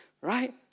Right